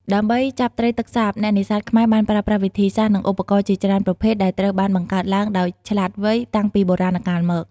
ដើម្បីចាប់ត្រីទឹកសាប អ្នកនេសាទខ្មែរបានប្រើប្រាស់វិធីសាស្ត្រ និងឧបករណ៍ជាច្រើនប្រភេទដែលត្រូវបានបង្កើតឡើងដោយឆ្លាតវៃតាំងពីបុរាណកាលមក។